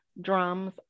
drums